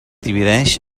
divideix